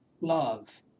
love